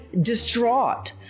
distraught